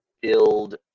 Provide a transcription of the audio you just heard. build